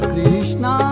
Krishna